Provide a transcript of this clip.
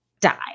die